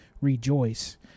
rejoice